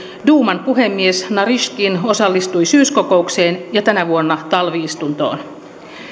duuman puhemies naryskin osallistui syyskokoukseen ja tänä vuonna talvi istuntoon